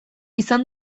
izan